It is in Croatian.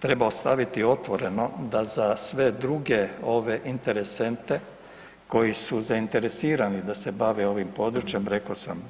Treba ostaviti otvoreno da za sve druge ove interesente koji su zainteresirani da se bave ovim područjem, rekao sam